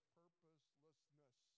purposelessness